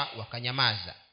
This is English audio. wakanyamaza